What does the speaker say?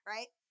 Right